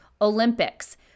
Olympics